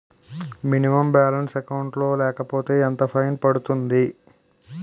Minimum balance account లో లేకపోతే ఎంత ఫైన్ పడుతుంది?